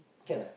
can ah